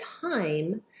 time